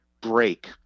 break